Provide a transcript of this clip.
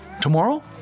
Tomorrow